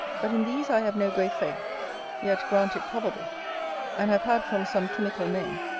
but in these i have no great faith yet grant it probable and have had from some chymical men,